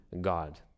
God